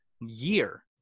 year